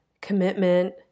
commitment